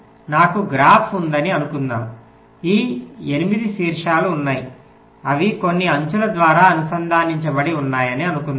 నాకు గ్రాఫ్ ఉందని అనుకుందాం 8 శీర్షాలు ఉన్నాయి అవి కొన్ని అంచుల ద్వారా అనుసంధానించబడి ఉన్నాయని అనుకుందాము